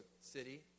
city